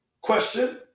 Question